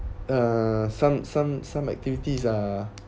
uh some some some activities are